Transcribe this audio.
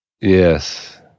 Yes